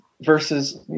Versus